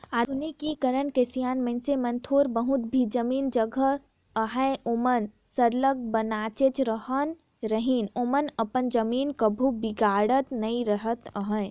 आधुनिकीकरन के सियान मइनसे मन थोर बहुत भी जमीन जगहा रअहे ओमन सरलग बनातेच रहत रहिन ओमन अपन जमीन ल कभू बिगाड़त नी रिहिस अहे